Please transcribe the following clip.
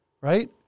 right